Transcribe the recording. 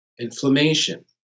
inflammation